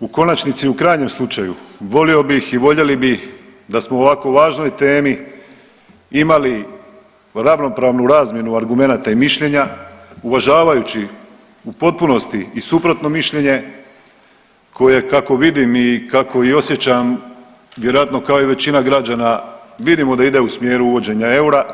U konačnici i u krajnjem slučaju volio bih i voljeli bi da smo o ovako važnoj temi imali ravnopravnu razmjenu argumenata i mišljenja uvažavajući u potpunosti i suprotno mišljenje koje kako vidim i kako i osjećam vjerojatno kao i većina građana vidimo da ide u smjeru uvođenja eura,